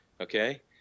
okay